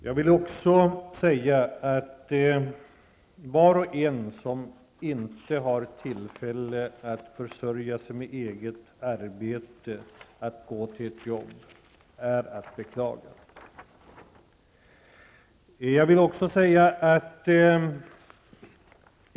Jag vill också säga att var och en som inte har tillfälle att försörja sig med eget arbete och att gå till ett jobb är att beklaga.